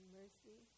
mercy